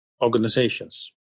organizations